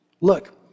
Look